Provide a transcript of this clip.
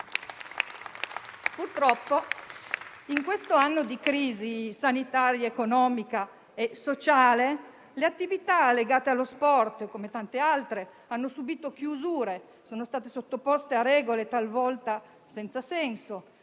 Purtroppo, in questo anno di crisi sanitaria, economica e sociale, le attività legate allo sport, come tante altre, hanno subito chiusure, sono state sottoposte a regole talvolta senza senso,